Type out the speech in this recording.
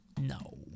no